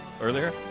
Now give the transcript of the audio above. earlier